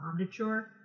Omniture